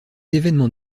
événements